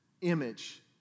image